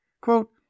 Quote